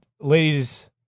ladies